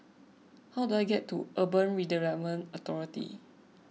how do I get to Urban Redevelopment Authority